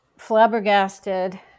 flabbergasted